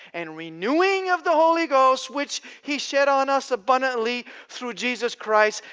and renewing of the holy ghost, which he shed on us abundantly through jesus christ,